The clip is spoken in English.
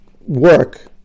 work